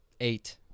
eight